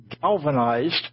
galvanized